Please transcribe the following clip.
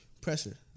pressure